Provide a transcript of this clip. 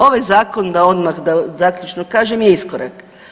Ovaj zakon da odmah, da zaključno kažem je iskorak.